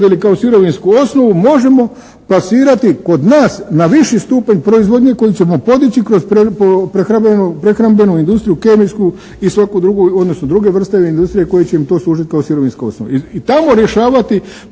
ili kao sirovinsku osnovu možemo plasirati kod nas na viši stupanj proizvodnje koji ćemo podići kroz prehrambenu industriju, kemijsku i svaku drugu, odnosno druge vrste industrije koji će im to služiti kao sirovinska osnova i tamo rješavati